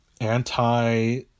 anti